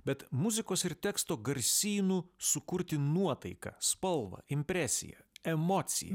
bet muzikos ir teksto garsynu sukurti nuotaiką spalvą impresiją emociją